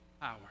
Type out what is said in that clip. power